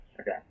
okay